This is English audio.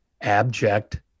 abject